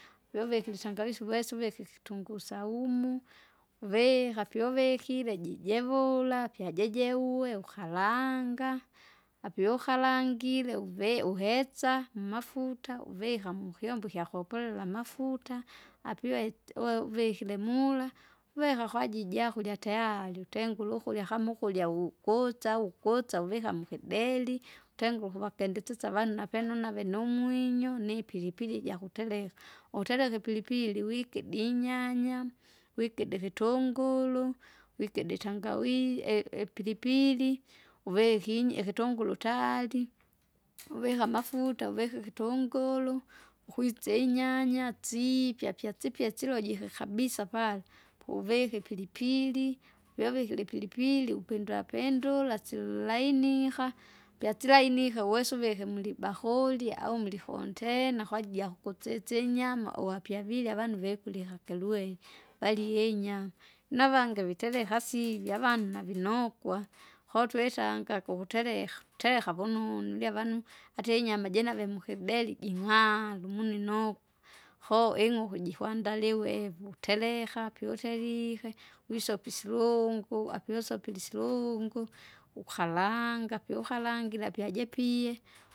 Fyouvikire itangawizi uwesa uvike ikitunguu saumu, uvika pyu uvikire jijivula pyajejeuwe ukalanga, apyu ukalangire uvi- uhetsa mmafuta uvika mukyombo ikyakopolela amafuta, apiwe tse- we- uvikile mula, uveka kwaji jakulya tayari utengule ukurya kama ukurya wu- kutsa au ukutsa uvika mukideri, utenge ukuvakendesesya avana napene unave numwinyo nipilipili ijakutereka, utereke ipilipili wikidi inyanya, wikide ikitunguru, wikide itangawi i- ipilipili, uvike inye- ikitunguru tayari, uvika amafuta uvike ikitunguru, ukwitsa inyanya siipya pyasipye silojike kabisa pala, puvike ipilipili, vyouvikire ipilipili upindula pindula silulainiha, pyasilainike uwesa uvike mulibakuri au mulihontena kwaji jukutsitsinyama uwapyavile avanu vukulya hakilwenyi. Valihenyama, navange vuitereka sivya avanu navinokwa, koo twetanga kukutereka kutereka vunonu javanu atie inyama jinave mukideli jingwaru muninoku. Koo ing'uku jikwandaliwe evu tereka pyouterike, wisope isirungu, apiusopile isirungu, ukaranga pyu ukarangire apyajipie.